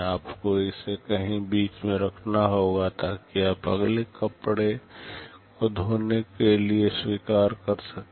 आपको इसे कहीं बीच में रखना होगा ताकि आप अगले कपड़े को धोने के लिए स्वीकार कर सकें